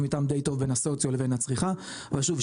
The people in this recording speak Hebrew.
יש מתאם די טוב בן הסוציו לבין הצריכה אבל שוב,